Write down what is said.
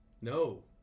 No